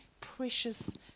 precious